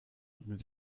und